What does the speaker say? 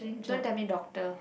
don't tell me doctor